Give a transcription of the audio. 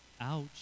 ouch